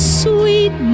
sweet